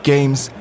Games